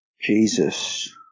Jesus